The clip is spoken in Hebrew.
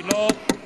שהיא לא תורחב.